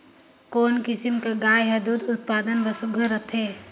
कोन किसम कर गाय हर दूध उत्पादन बर सुघ्घर रथे?